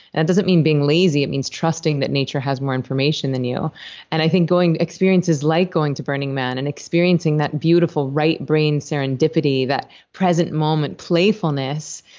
that doesn't mean being lazy. it means trusting that nature has more information than you and i think experiences like going to burning man, and experiencing that beautiful right brain serendipity, that present moment playfulness,